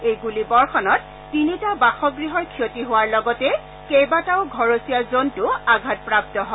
এই গুলীবৰ্ষণত তিনিটা বাসগৃহৰ ক্ষতি হোৱাৰ লগতে কেইবাটাও ঘৰচীয়া জন্তু আঘাতপ্ৰাপ্ত হয়